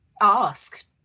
ask